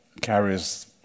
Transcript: carries